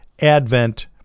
Advent